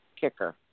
kicker